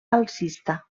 alcista